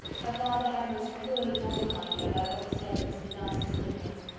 her father had most cruelly mortified her, by what he said of mr. darcy's indifference,